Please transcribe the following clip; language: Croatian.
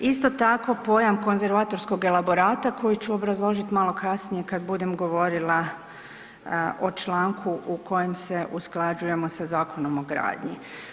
Isto tako pojam „konzervatorskog elaborata“ koji ću obrazložit malo kasnije kad budem govorila o članku u kojem se usklađujemo sa Zakonom o gradnji.